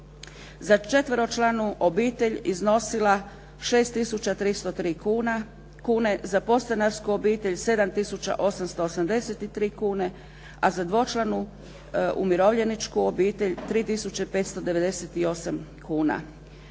za četveročlanu obitelj iznosila 6 303 kune, za podstanarsku obitelj 7 883, a za dvočlanu umirovljeničku obitelj 3 598 kuna.